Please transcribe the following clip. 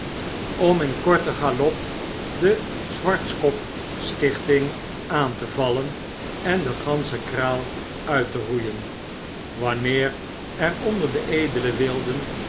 om in korte galop deswartz kop stichting aan te vallen en de gansche kraal nit te roeien wanneer er onder de edele wilden